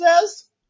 says